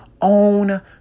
own